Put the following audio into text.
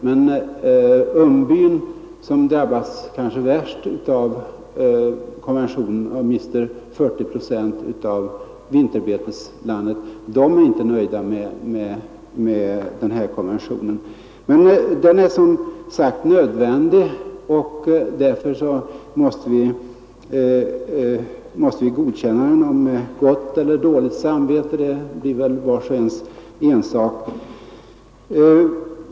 Men invånarna i Umbyn, som drabbas kanske värst av konventionen och mister 40 procent av vinterbeteslandet, är inte nöjda med konventionen. Den är som sagt nödvändig, och därför måste vi godkänna den, om med gott eller dåligt samvete blir väl vars och ens ensak.